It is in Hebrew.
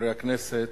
חברי הכנסת,